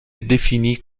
définie